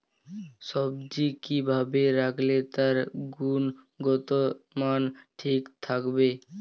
সবজি কি ভাবে রাখলে তার গুনগতমান ঠিক থাকবে?